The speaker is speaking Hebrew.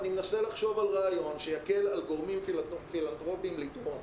אני מנסה לחשוב על רעיון שיקל על גורמים פילנטרופיים לתרום.